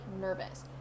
nervous